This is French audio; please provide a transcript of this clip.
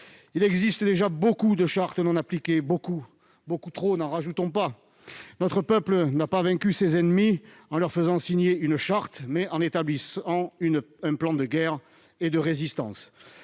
Il existe déjà beaucoup trop de chartes non appliquées : n'en rajoutons pas ! Notre peuple n'a jamais vaincu ses ennemis en leur faisant signer une charte, mais en établissant un plan de guerre et de résistance